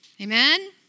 Amen